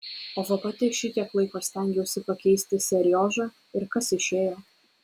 o va pati šitiek laiko stengiausi pakeisti seriožą ir kas išėjo